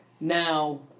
Now